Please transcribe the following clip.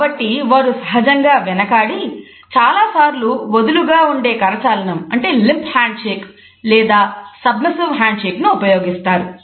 కాబట్టి వారు సహజంగా వెనకాడి చాలాసార్లు వదులు గా ఉండే కరచాలనం ను ఉపయోగిస్తారు